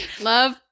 love